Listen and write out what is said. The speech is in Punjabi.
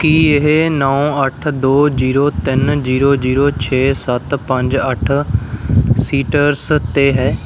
ਕੀ ਇਹ ਨੌ ਅੱਠ ਦੋ ਜੀਰੋ ਤਿੰਨ ਜੀਰੋ ਜੀਰੋ ਛੇ ਸੱਤ ਪੰਜ ਅੱਠ ਸੀਟਰਸ 'ਤੇ ਹੈ